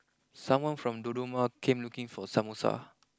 someone from Dodoma came looking for Samosa